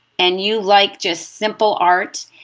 and you like just simple art,